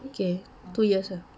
okay two years ah